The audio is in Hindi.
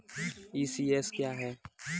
ई.सी.एस क्या है?